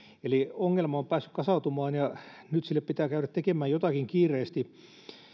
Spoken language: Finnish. eli ongelma on päässyt kasautumaan ja nyt sille pitää käydä tekemään jotakin kiireesti